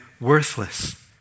worthless